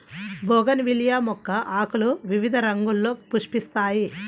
bougainvillea మొక్క ఆకులు వివిధ రంగుల్లో పుష్పిస్తాయి